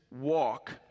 walk